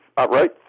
Right